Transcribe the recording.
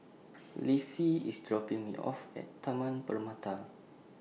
Leafy IS dropping Me off At Taman Permata